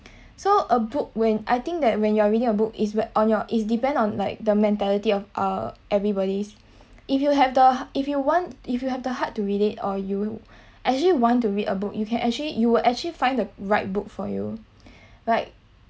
so a book when I think that when you are reading a book is when on your is depend on like the mentality of uh everybody's if you have the if you want if you have the heart to read it or you actually want to read a book you can actually you will actually find the right book for you like